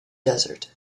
desert